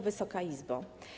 Wysoka Izbo!